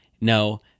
No